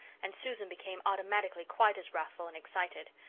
and susan became automatically quite as wrathful and excited.